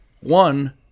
One